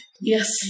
Yes